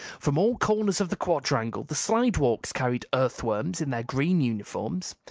from all corners of the quadrangle, the slidewalks carried earthworms in their green uniforms,